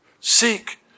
Seek